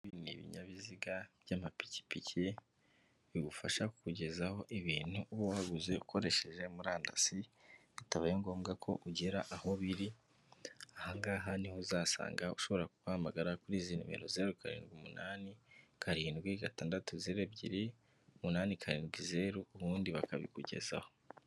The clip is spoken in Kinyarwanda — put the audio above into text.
Ibi ni ibinyabiziga by'amapikipiki, bigufasha kugezaho ibintu uwo wabuze ukoresheje murandasi, bitabaye ngombwa ko ugera aho biri. Aha ngaha ni ho uzasanga ushobora kubahamagara kuri izi nimero, zeru karindwi umunani, karindwi gatandatu ebyiri, umunani karindwi zeru, ubundi bakabikugezaho.